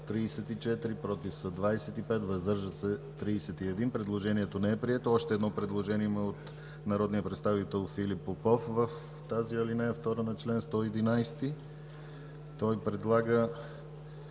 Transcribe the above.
против 25, въздържали се 31. Предложението не е прието. Има още едно предложение от народния представител Филип Попов в същата ал. 2 на чл. 111. Той предлага